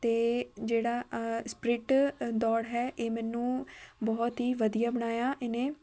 ਅਤੇ ਜਿਹੜਾ ਆਹ ਸਪਿਰਿਟ ਦੌੜ ਹੈ ਇਹ ਮੈਨੂੰ ਬਹੁਤ ਹੀ ਵਧੀਆ ਬਣਾਇਆ ਇਹਨੇ